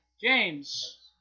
James